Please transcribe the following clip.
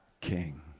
King